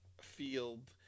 field